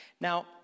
Now